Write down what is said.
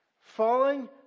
falling